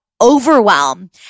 overwhelm